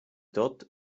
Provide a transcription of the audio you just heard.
todt